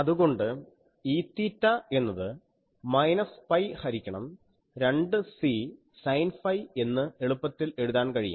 അതുകൊണ്ട് Eθ എന്നത് minus pi ഹരിക്കണം 2C സൈൻ ഫൈ എന്ന് എളുപ്പത്തിൽ എഴുതാൻ കഴിയും